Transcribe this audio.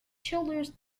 childers